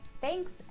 Thanks